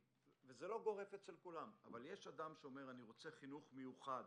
זה לא גורף אצל כולם אבל יש אדם שאומר: אני רוצה חינוך מיוחד